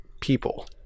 people